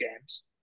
games